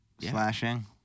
slashing